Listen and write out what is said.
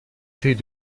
séries